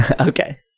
Okay